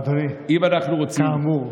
אדוני, כאמור,